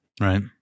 Right